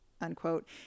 unquote